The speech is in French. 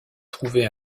trouver